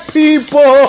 people